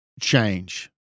change